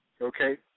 Okay